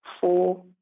four